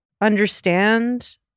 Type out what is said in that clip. understand